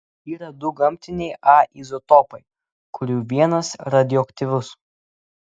yra du gamtiniai a izotopai kurių vienas radioaktyvus